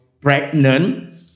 pregnant